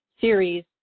series